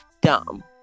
dumb